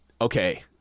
Okay